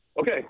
Okay